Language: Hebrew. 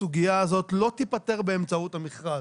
הסוגיה הזאת לא תיתפר באמצעות המכרז,